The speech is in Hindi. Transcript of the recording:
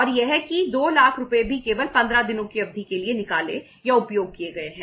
और यह कि 2 लाख रुपये भी केवल 15 दिनों की अवधि के लिए निकाले या उपयोग किए गए हैं